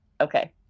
Okay